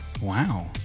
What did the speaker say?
Wow